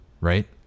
right